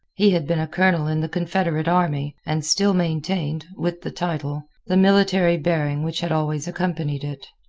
he had been a colonel in the confederate army, and still maintained, with the title, the military bearing which had always accompanied it.